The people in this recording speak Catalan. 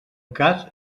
cas